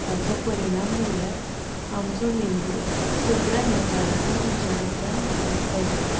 हाचो परिणाम म्हणल्यार आमचो मेंदू सगळ्या नकारात्मक विचारांतल्यान रितो जाता